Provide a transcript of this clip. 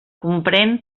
comprèn